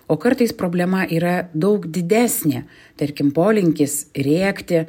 o kartais problema yra daug didesnė tarkim polinkis rėkti